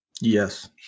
Yes